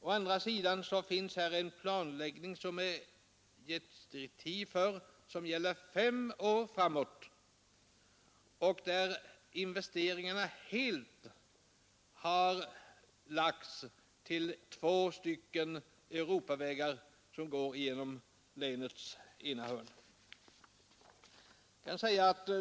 Å andra sidan har i den planläggning som gäller fem år framåt investeringarna helt lagts på två Europavägar som går genom länets ena hörn.